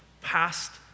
past